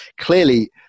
clearly